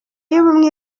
y’ubumwe